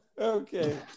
Okay